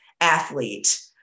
athlete